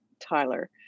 Tyler